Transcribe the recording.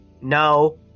No